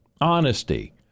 honesty